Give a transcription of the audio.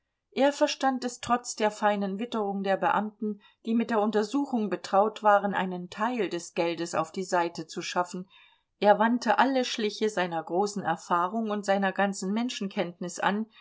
er verstand es trotz der feinen witterung der beamten die mit der untersuchung betraut waren einen teil des geldes auf die seite zu schaffen er wandte alle schliche seiner großen erfahrung und seiner ganzen menschenkenntnis an